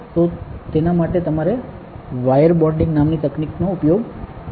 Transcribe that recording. તો તેના માટે તમારે વાયર બોન્ડિંગ નામની તકનીકનો ઉપયોગ કરવાની જરૂર છે